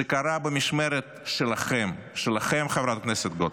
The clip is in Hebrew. זה קרה במשמרת שלכם, שלכם, חברת הכנסת גוטליב.